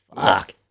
Fuck